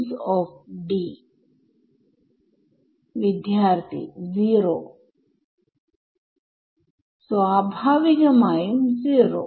അത്കൊണ്ടാണ് എനിക്ക് ഇത് കിട്ടിയത് വലത് വശത്തു ഞാൻ